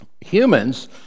Humans